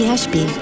Ashby